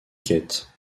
quête